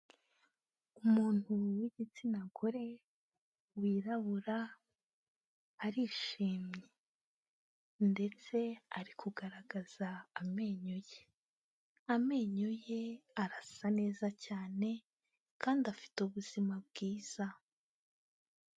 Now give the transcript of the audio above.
Umuntu w'igitsina gore, wirabura, arishimye ndetse ari kugaragaza amenyo ye. Amenyo ye arasa neza cyane, kandi afite ubuzima bwiza.